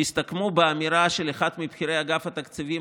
הן הסתכמו באמירה של אחד מבכירי אגף התקציבים,